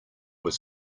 his